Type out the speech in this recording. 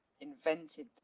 invented